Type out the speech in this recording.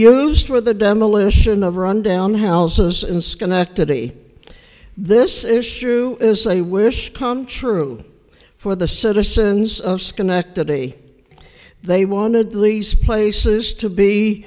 used for the demolition of rundown houses in schenectady this issue is a wish come true for the citizens of schenectady they wanted the lease places to be